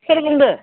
सोर बुंदों